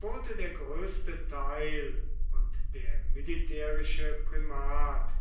wurde der größte teil und der militärische primat